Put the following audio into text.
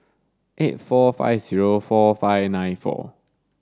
eight four five zero four five nine four